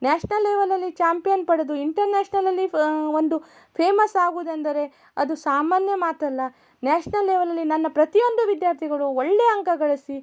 national ಲೆವಲಲ್ಲಿ champion ಪಡೆದು ಇಂಟರ್ನ್ಯಾಷ್ನಲಲ್ಲಿ ಫ ಒಂದು ಫೇಮಸ್ ಆಗುವುದೆಂದರೆ ಅದು ಸಾಮಾನ್ಯ ಮಾತಲ್ಲ ನ್ಯಾಷ್ನಲ್ ಲೆವಲಲ್ಲಿ ನನ್ನ ಪ್ರತಿಯೊಂದು ವಿದ್ಯಾರ್ಥಿಗಳು ಒಳ್ಳೆಯ ಅಂಕ ಗಳಿಸಿ